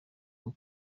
bwo